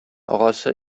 агасы